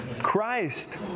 Christ